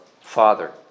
Father